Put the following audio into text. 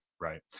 Right